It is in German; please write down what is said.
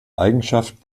eigenschaften